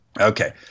Okay